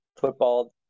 football